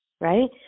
right